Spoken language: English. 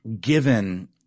given